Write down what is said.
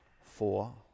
four